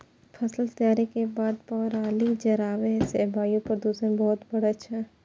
फसल तैयारी के बाद पराली जराबै सं वायु प्रदूषण बहुत बढ़ै छै